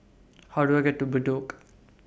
How Do I get to Bedok